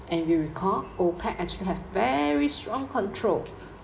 and we recall OPEC actually have very strong control